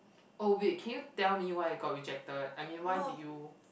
oh wait can you tell me why I got rejected I mean why did you